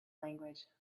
language